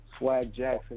swagjackson